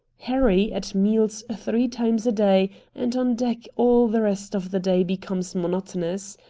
harry at meals three times a day and on deck all the rest of the day becomes monotonous.